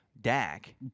Dak